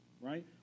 right